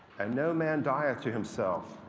and no man die of to himself.